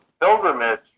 pilgrimage